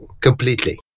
completely